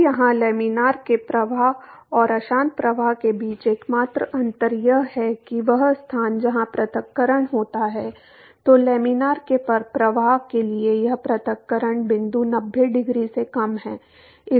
अब यहाँ लैमिनार के प्रवाह और अशांत प्रवाह के बीच एकमात्र अंतर यह है कि वह स्थान जहाँ पृथक्करण होता है तो लैमिनार के प्रवाह के लिए यह पृथक्करण बिंदु नब्बे डिग्री से कम है